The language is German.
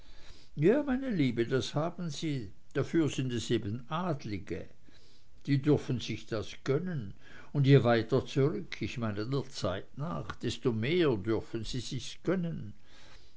ja meine liebe das haben sie dafür sind es eben adelige die dürfen sich das gönnen und je weiter zurück ich meine der zeit nach desto mehr dürfen sie sich's gönnen